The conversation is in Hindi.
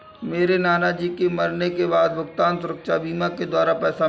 मेरे नाना जी के मरने के बाद भुगतान सुरक्षा बीमा के द्वारा पैसा मिला